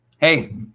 hey